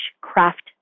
craft